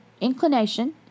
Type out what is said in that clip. inclination